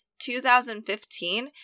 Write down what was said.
2015